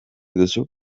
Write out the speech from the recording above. dizu